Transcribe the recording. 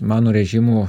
mano režimu